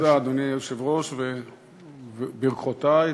תודה, אדוני היושב-ראש, וברכותי.